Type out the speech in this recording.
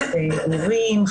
הורים,